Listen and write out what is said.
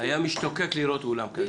היה משתוקק לראות אולם כזה.